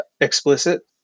explicit